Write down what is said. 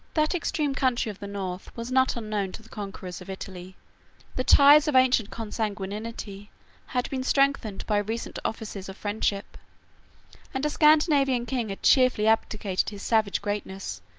that extreme country of the north was not unknown to the conquerors of italy the ties of ancient consanguinity had been strengthened by recent offices of friendship and a scandinavian king had cheerfully abdicated his savage greatness,